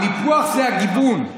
הניפוח זה הגיוון.